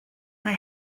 mae